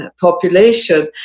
population